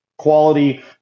Quality